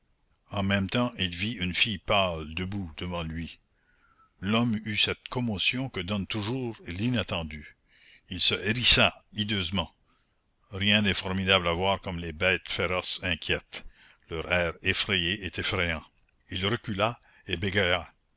en même temps il vit une fille pâle debout devant lui l'homme eut cette commotion que donne toujours l'inattendu il se hérissa hideusement rien n'est formidable à voir comme les bêtes féroces inquiètes leur air effrayé est effrayant il recula et bégaya